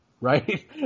right